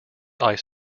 ice